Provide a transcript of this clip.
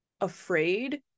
afraid